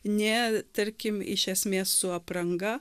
nė tarkim iš esmės su apranga